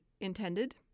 intended